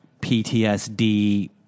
PTSD